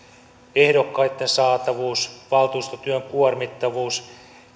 ehdokkaitten saatavuus valtuustotyön kuormittavuus